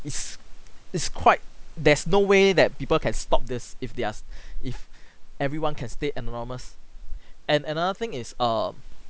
it's it's quite there's no way that people can stop this if they're s~ if everyone can stay anonymous and another thing is um